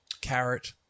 carrot